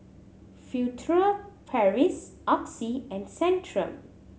Furtere Paris Oxy and Centrum